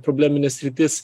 problemines sritis